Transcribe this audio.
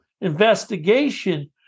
investigation